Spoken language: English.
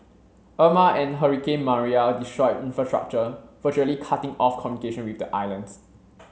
Irma and hurricane Maria destroyed infrastructure virtually cutting off communication with the islands